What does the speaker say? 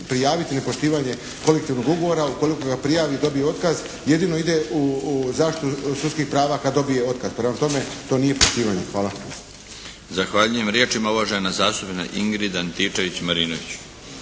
prijaviti nepoštivanje kolektivnog ugovora. Ukoliko ga prijavi dobije otkaz. Jedino ide u zaštite sudskih prava kad dobije otkaz. Prema tome, to nije poštivanje. Hvala. **Milinović, Darko (HDZ)** Zahvaljujem. Riječ ima uvažena zastupnica Ingrid Antičević Marinović.